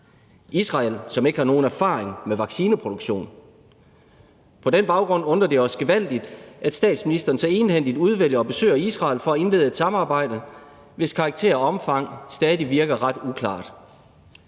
Israel, som ikke har nogen erfaring med vaccineproduktion. På den baggrund undrer det os gevaldigt, at statsministeren så egenhændigt udvælger og besøger Israel for at indlede et samarbejde, hvis karakter og omfang stadig virker ret uklart,